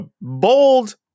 bold